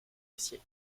acier